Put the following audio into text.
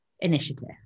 initiative